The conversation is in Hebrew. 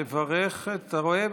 אתה רואה?